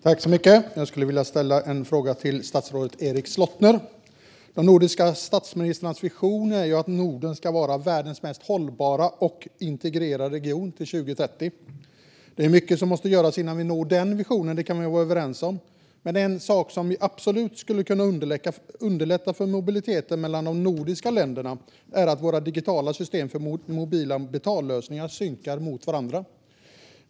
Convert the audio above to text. Fru talman! Jag vill ställa en fråga till statsrådet Erik Slottner. De nordiska statsministrarnas vision är att Norden ska vara världens mest hållbara och integrerade region till 2030. Vi kan vara överens om att det är mycket som måste göras innan vi når den visionen, men en sak som absolut skulle kunna underlätta för mobiliteten mellan de nordiska länderna är att våra digitala system för mobila betallösningar synkar med varandra.